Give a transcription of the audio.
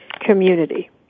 community